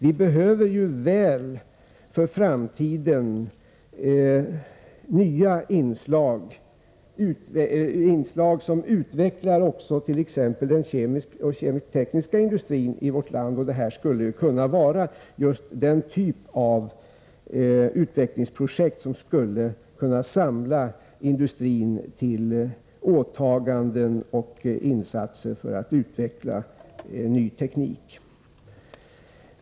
Vi behöver ju mycket väl för framtiden nya inslag, inslag som utvecklar också t.ex. den kemisk-tekniska industrin i vårt land, och det här kunde vara just den typ av utvecklingsprojekt som skulle kunna samla industrin till åtaganden och insatser för att utveckla en ny teknik.